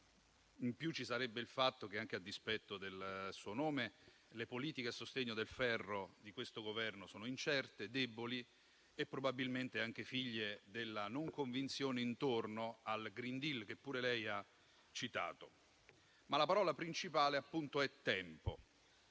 In più, ci sarebbe il fatto che - anche a dispetto del suo nome - le politiche a sostegno del ferro di questo Governo sono incerte, deboli e probabilmente anche figlie della non convinzione intorno al *green deal*, che pure lei ha citato. La parola principale, però, è appunto "tempo".